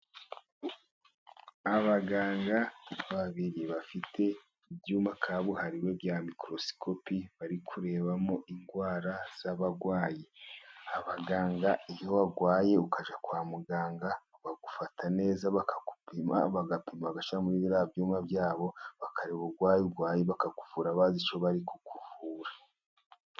Abaganga babiri bafite ibyuma kabuhariwe bya mikorosikopi, bari kurebamo indwara z'abarwayi. Abaganga iyo warwaye ukajya kwa muganga, bagufata neza ,bakagupima ,bagapima bagashyira muri biriya byumba byabo ,bakareba uburwayi urwaye, bakakuvura bazi icyo bari kukuvura.